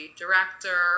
director